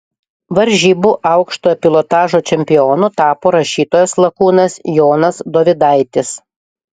varžybų aukštojo pilotažo čempionu tapo rašytojas lakūnas jonas dovydaitis